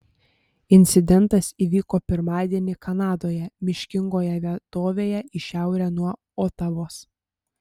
incidentas įvyko pirmadienį kanadoje miškingoje vietovėje į šiaurę nuo otavos